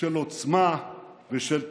של עוצמה ושל תקווה.